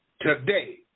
today